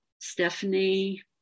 Stephanie